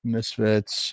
Misfits